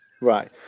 Right